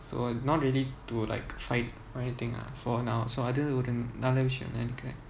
so not ready to like fight or anything ah for now so அதுஒருநல்லவிசயம்தான்னுநெனைக்கிறேன்:adhu oru nalla vishayamthanu ninaikiren